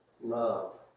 love